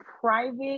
private